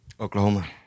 Oklahoma